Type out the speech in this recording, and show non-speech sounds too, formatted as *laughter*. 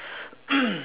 *coughs*